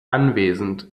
anwesend